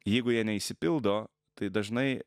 jeigu jie neišsipildo tai dažnai